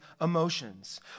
emotions